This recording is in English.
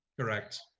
Correct